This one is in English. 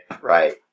Right